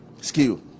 skill